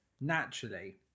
naturally